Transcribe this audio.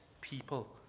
people